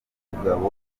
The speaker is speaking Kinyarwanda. y’umugabo